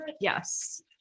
Yes